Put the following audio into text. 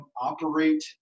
operate